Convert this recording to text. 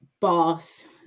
boss